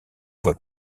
voie